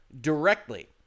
directly